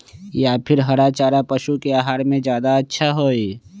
या फिर हरा चारा पशु के आहार में ज्यादा अच्छा होई?